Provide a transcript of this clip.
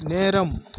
நேரம்